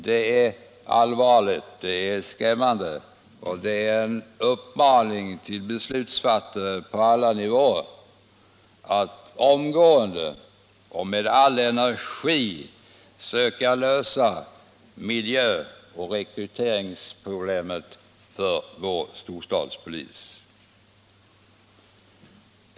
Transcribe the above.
Det är allvarligt och skrämmande, en uppmaning till beslutsfattare på alla nivåer att omgående och med all energi söka lösa miljöoch rekryteringsproblemen för vår storstadspolis.